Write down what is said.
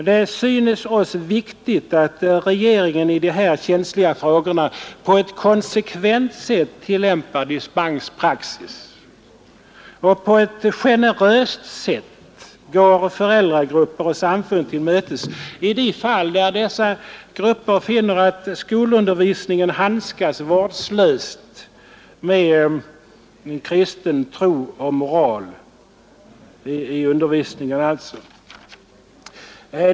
Det synes oss viktigt att regeringen i de här känsliga frågorna på ett konsekvent sätt tillämpar dispenspraxis och på ett generöst sätt går föräldragrupper och samfund till mötes i de fall där dessa grupper finner att skolan handskas vårdslöst med kristen tro och moral i undervisningen.